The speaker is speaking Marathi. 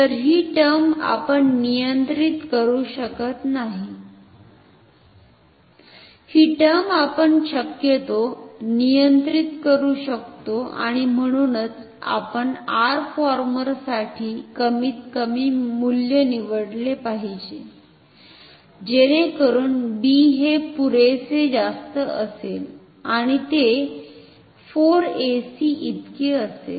तर ही टर्म आपण नियंत्रित करू शकत नाही ही टर्म आपण शक्यतो नियंत्रित करू शकतो आणि म्हणूनच आपण R former साठी कमीतकमी मूल्य निवडले पाहिजे जेणेकरून b हे पुरेसे जास्त असेल आणि ते 4 ac इतके असेल